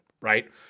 Right